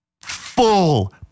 full